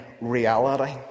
reality